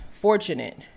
fortunate